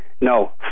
No